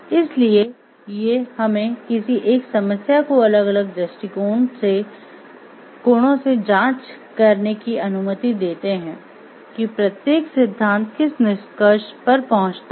इसलिए ये हमें किसी एक समस्या को अलग अलग दृष्टिकोणों से जांच करने की अनुमति देते हैं कि प्रत्येक सिद्धांत किस निष्कर्ष पर पहुंचता है